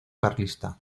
carlista